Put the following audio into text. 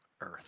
earth